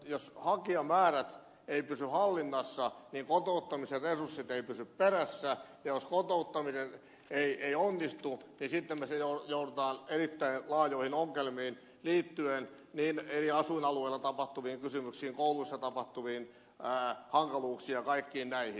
jos hakijamäärät eivät pysy hallinnassa niin kotouttamisen resurssit eivät pysy perässä ja jos kotouttaminen ei onnistu niin sitten joudutaan erittäin laajoihin ongelmiin liittyen eri asuinalueilla tapahtuviin asioihin kouluissa tapahtuviin hankaluuksiin ja kaikkiin näihin